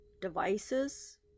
devices